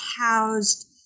housed